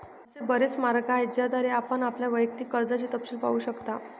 असे बरेच मार्ग आहेत ज्याद्वारे आपण आपल्या वैयक्तिक कर्जाचे तपशील पाहू शकता